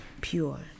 pure